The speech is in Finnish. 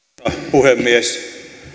puhemies